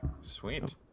sweet